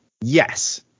Yes